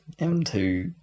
M2